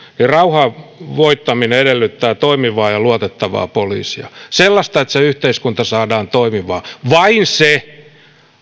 niin rauhan voittaminen edellyttää toimivaa ja luotettavaa poliisia sellaista että se yhteiskunta saadaan toimimaan vain se